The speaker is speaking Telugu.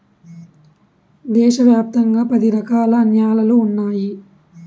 దేశ వ్యాప్తంగా పది రకాల న్యాలలు ఉన్నాయి